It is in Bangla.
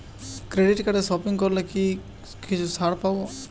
ক্রেডিট কার্ডে সপিং করলে কি কিছু ছাড় পাব?